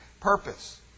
purpose